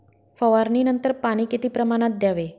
फवारणीनंतर पाणी किती प्रमाणात द्यावे?